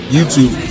YouTube